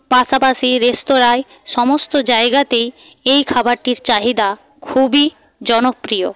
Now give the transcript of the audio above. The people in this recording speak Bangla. পাশাপাশি রেস্তোরাঁয় সমস্ত জায়গাতেই এই খাবারটির চাহিদা খুবই জনপ্রিয়